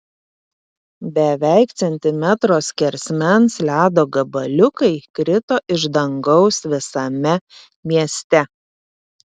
beveik centimetro skersmens ledo gabaliukai krito iš dangaus visame mieste